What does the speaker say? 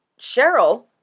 Cheryl